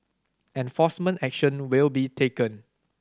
enforcement action will be taken